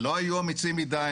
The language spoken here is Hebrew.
לא היו אמיצים מדי.